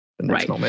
Right